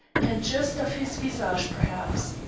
and just of his visage perhaps.